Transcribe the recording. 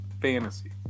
fantasy